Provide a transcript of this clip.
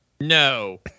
no